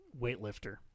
weightlifter